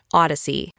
odyssey